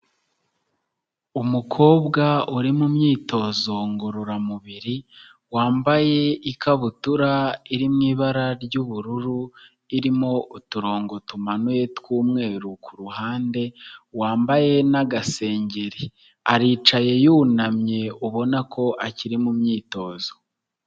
Umukobwa uri mu myitozo ngororamubiri, wambaye ikabutura iri mu ibara ry'ubururu irimo uturongo tumanuye tw'umweru ku ruhande, wambaye n'agasengeri aricaye yunamye ubona ko akiri mu myitozo.